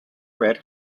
red